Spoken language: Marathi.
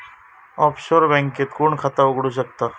ऑफशोर बँकेत कोण खाता उघडु शकता?